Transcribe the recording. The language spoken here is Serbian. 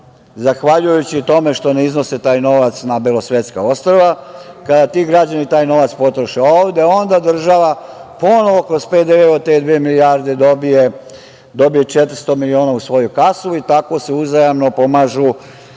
zahvaljujući tome što ne iznose taj novac na belosvetska ostrva, kada ti građani taj novac potroše ovde, onda država ponovo kroz PDV, od te dve milijarde dobije 400 miliona u svoju kasu i tako se uzajamno pomažu